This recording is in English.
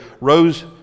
rose